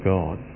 God